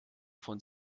von